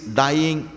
dying